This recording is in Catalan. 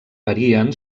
varien